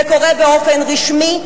זה קורה באופן רשמי.